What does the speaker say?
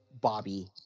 Bobby